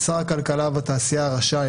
שר הכלכלה והתעשייה רשאי,